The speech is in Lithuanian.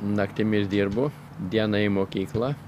naktimis dirbu dieną į mokyklą